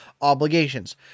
obligations